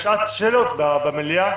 בשעת שאלות במליאה.